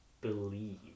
believe